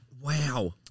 Wow